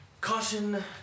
caution